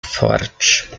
forte